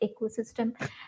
ecosystem